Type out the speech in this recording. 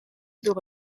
door